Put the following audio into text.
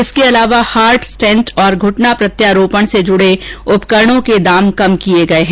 इसके अलावा heart stent और घुटना प्रत्यारोपण से जुडे उपकरणों के दाम कम किए गये है